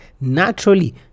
naturally